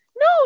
No